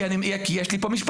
כי יש לי פה משפחה.